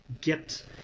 get